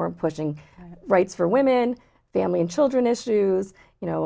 were pushing rights for women family and children issues you know